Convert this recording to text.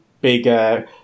big